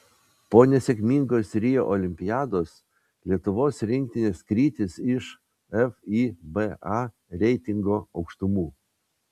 po nesėkmingos rio olimpiados lietuvos rinktinės krytis iš fiba reitingo aukštumų